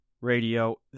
Radio